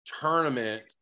tournament